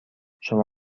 شما